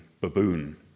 baboon